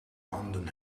handen